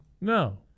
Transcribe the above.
No